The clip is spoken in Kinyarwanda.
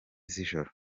z’ijoro